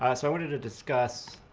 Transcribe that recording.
i so wanted to discuss